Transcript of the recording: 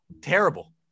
terrible